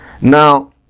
Now